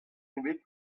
ebet